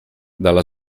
dalla